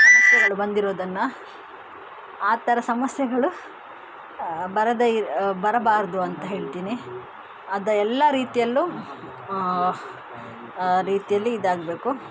ಸಮಸ್ಯೆಗಳು ಬಂದಿರೋದನ್ನು ಆ ಥರ ಸಮಸ್ಯೆಗಳು ಬರದೈ ಬರಬಾರದು ಅಂತ ಹೇಳ್ತೀನಿ ಅದ ಎಲ್ಲ ರೀತಿಯಲ್ಲೂ ರೀತಿಯಲ್ಲಿ ಇದಾಗಬೇಕು